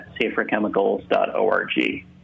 saferchemicals.org